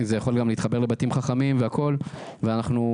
שיכול גם להתחבר לבתים חכמים, ואחר כך